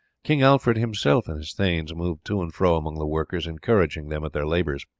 king alfred himself and his thanes moved to and fro among the workers encouraging them at their labours.